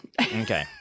Okay